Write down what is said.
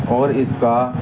اور اس کا